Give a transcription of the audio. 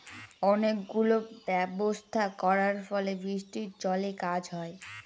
অনেক গুলো ব্যবস্থা করার ফলে বৃষ্টির জলে কাজ হয়